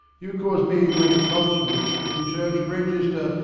you cause me to enter falsehoods in the church register,